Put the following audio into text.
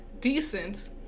decent